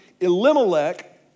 Elimelech